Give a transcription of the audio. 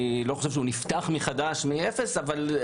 אני לא חושב שהוא נפתח מחדש אבל התחלפו